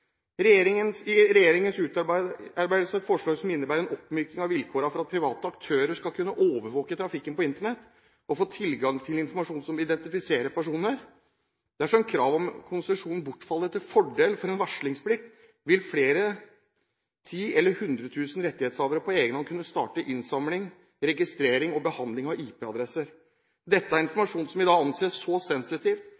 et forslag som innebærer en oppmyking av vilkårene for at private aktører skal kunne overvåke trafikken på Internett og få tilgang til informasjon som identifiserer personer. Dersom kravet om konsesjon bortfaller til fordel for en varslingsplikt, vil flere titusen eller hundretusen rettighetshavere på egen hånd kunne starte innsamling, registrering og behandling av IP-adresser. Dette er